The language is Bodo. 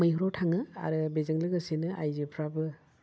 मैहुराव थाङो आरो बेजों लोगोसेनो आइजोफ्राबो